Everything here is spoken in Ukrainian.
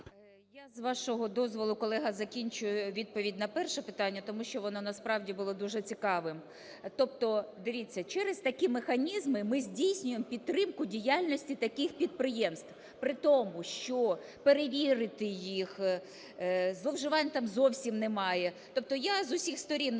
Я, з вашого дозволу, колега, закінчу відповідь на перше питання, тому що воно, насправді, було дуже цікавим. Тобто дивіться, через такі механізми ми здійснюємо підтримку діяльності таких підприємств. При тому, що перевірити їх, зловживань там зовсім немає. Тобто я з усіх сторін намагалася